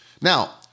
Now